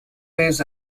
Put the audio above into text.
waves